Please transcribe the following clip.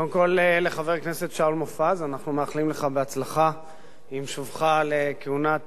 קודם כול לחבר הכנסת שאול מופז: אנחנו מאחלים לך הצלחה עם שובך לכהונת